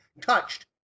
touched